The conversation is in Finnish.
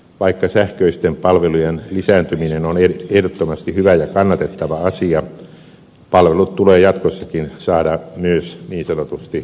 vaikka sähköisten palvelujen lisääntyminen on ehdottomasti hyvä ja kannatettava asia palvelut tulee jatkossakin saada myös niin sanotusti paikan päällä